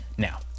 Now